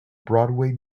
broadway